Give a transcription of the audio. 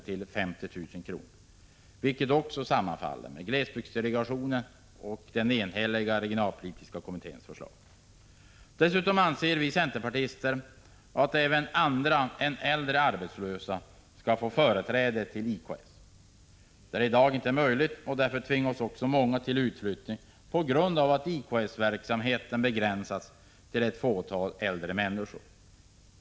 till 50 000 kr., vilket också sammanfaller med glesbygdsdelegationens och den regionalpolitiska kommitténs enhälliga förslag. Dessutom anser vi centerpartister att även andra än äldre arbetslösa skall få företräde till IKS. Detta är i dag inte möjligt, och därför tvingas många till utflyttning på grund av att IKS-verksamheten begränsats till ett fåtal äldre människor.